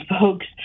folks